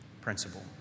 principle